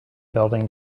building